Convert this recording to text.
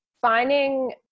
finding